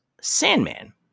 Sandman